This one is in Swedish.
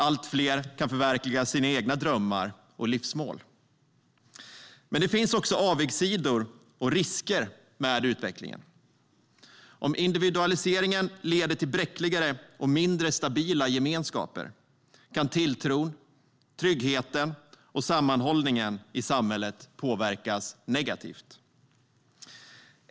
Allt fler kan förverkliga sina egna drömmar och livsmål. Men det finns också avigsidor och risker med utvecklingen. Om individualiseringen leder till bräckligare och mindre stabila gemenskaper kan tilltron, tryggheten och sammanhållningen i samhället påverkas negativt.